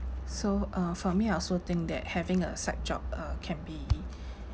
so uh for me I also think that having a side job uh can be